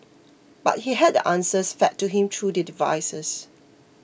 but he had the answers fed to him through the devices